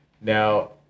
now